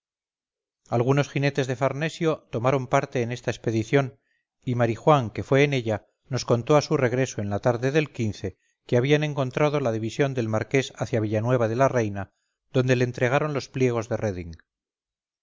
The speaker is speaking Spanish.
algunos jinetes de farnesio tomaron parte en esta expedición y marijuán que fue en ella nos contó a su regreso en la tarde del que habían encontrado la división del marqués hacia villanueva de la reina donde le entregaron los pliegos de